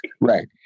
Right